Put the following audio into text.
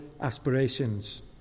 aspirations